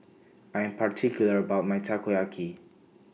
I Am particular about My Takoyaki